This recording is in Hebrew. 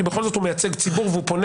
כי בכל זאת הוא מייצג ציבור והוא פונה